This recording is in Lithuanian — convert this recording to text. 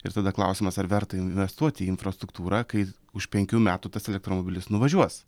ir tada klausimas ar verta investuoti į infrastruktūrą kai už penkių metų tas elektromobilis nuvažiuos